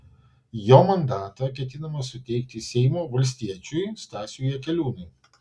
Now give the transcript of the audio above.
jo mandatą ketinama suteikti seimo valstiečiui stasiui jakeliūnui